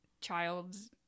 child's